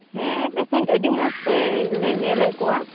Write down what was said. ᱦᱮᱸ ᱯᱮᱥᱮᱱᱴ ᱟᱹᱰᱤ ᱢᱚᱡᱽ ᱛᱮᱞᱮ ᱧᱮᱞᱮᱫ ᱠᱚᱣᱟ